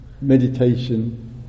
meditation